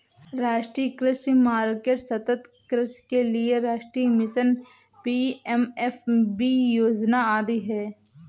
राष्ट्रीय कृषि मार्केट, सतत् कृषि के लिए राष्ट्रीय मिशन, पी.एम.एफ.बी योजना आदि है